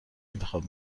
انتخاب